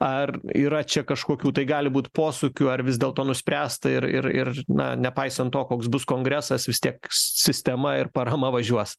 ar yra čia kažkokių tai gali būt posūkių ar vis dėlto nuspręsta ir ir ir na nepaisant to koks bus kongresas vis tiek sistema ir parama važiuos